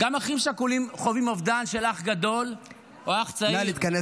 גם אחים שכולים חווים אובדן של אח גדול או אח צעיר.